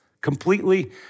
completely